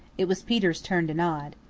it was peter's turn to nod.